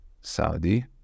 Saudi